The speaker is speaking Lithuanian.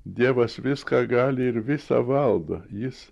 dievas viską gali ir visa valdo jis